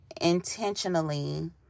intentionally